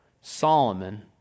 Solomon